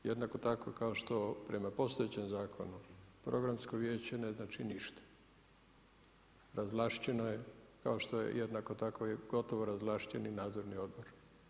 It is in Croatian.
Jednako tako kao što prema postojećem zakonu Programsko vijeće ne znači ništa, razvlašćeno je kao što je jednako tako i gotovo razvlašćen i Nadzorni odbor.